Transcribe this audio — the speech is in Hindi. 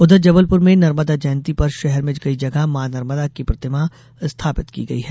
उधर जबलपुर में नर्मदा जयंती पर शहर में कई जगह मां नर्मदा की प्रतिमा स्थापित की गई है